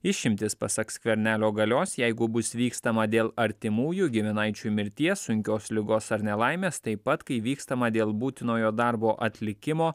išimtys pasak skvernelio galios jeigu bus vykstama dėl artimųjų giminaičių mirties sunkios ligos ar nelaimės taip pat kai vykstama dėl būtinojo darbo atlikimo